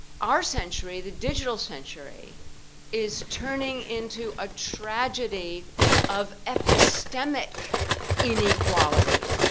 our century, the digital century is turning into a tragedy of epistemic inequality.